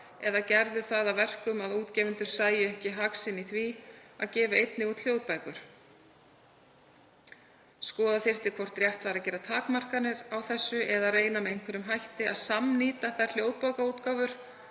eða gerðu það að verkum að útgefendur sæju ekki hag sinn í því að gefa einnig út hljóðbækur. Skoða þyrfti hvort rétt væri að gera takmarkanir á þessu eða reyna með einhverjum hætti að samnýta þær hljóðbókaútgáfur